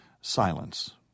silence